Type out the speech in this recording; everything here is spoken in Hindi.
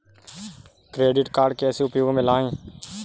क्रेडिट कार्ड कैसे उपयोग में लाएँ?